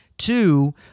Two